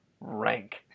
rank